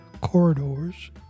corridors